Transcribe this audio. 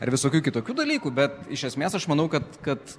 ir visokių kitokių dalykų bet iš esmės aš manau kad kad